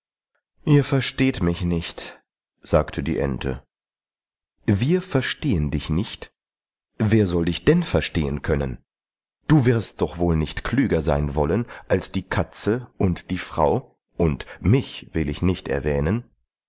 ihr versteht mich nicht sagte die ente wir verstehen dich nicht wer soll dich denn verstehen können du wirst doch wohl nicht klüger sein wollen als die katze und die frau mich will ich nicht erwähnen